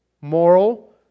moral